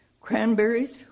Cranberries